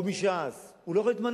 או מש"ס, הוא לא יכול להתמנות.